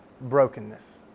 brokenness